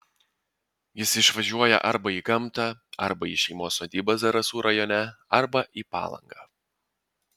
jis išvažiuoja arba į gamtą arba į šeimos sodybą zarasų rajone arba į palangą